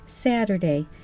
Saturday